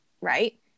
right